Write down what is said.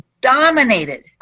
dominated